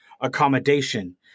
accommodation